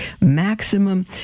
maximum